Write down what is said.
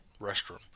restroom